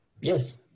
Yes